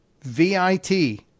V-I-T